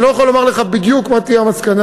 אני לא יכול לומר לך בדיוק מה תהיה המסקנה,